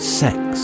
sex